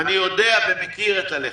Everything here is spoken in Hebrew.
אני יודע ומכיר את הלחצים,